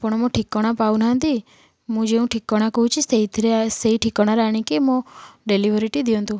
ଆପଣ ମୋ ଠିକଣା ପାଉ ନାହାଁନ୍ତି ମୁଁ ଯେଉଁ ଠିକଣା କହୁଛି ସେଇଥିରେ ସେଇ ଠିକଣା ରେ ଆଣିକି ମୋ ଡେଲିଭରିଟି ଦିଅନ୍ତୁ